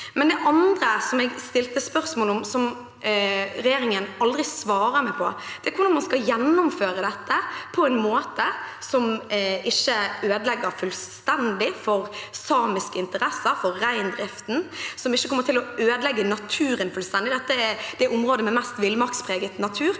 Det andre jeg stilte spørsmål om, som regjeringen aldri svarer meg på, er hvordan man skal gjennomføre dette på en måte som ikke fullstendig ødelegger for samiske interesser, for reindriften, og som ikke kommer til å ødelegge naturen fullstendig. Dette er området med mest villmarkspreget natur.